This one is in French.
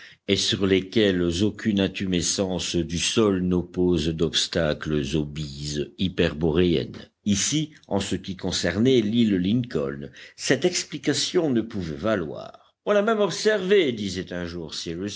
et sur lesquels aucune intumescence du sol n'oppose d'obstacles aux bises hyperboréennes ici en ce qui concernait l'île lincoln cette explication ne pouvait valoir on a même observé disait un jour